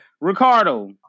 Ricardo